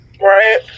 Right